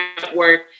Network